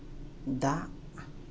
ᱫᱟᱜ